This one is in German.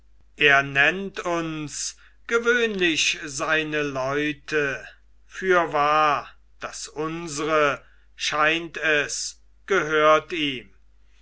er nennt uns gewöhnlich seine leute fürwahr das unsre scheint es gehört ihm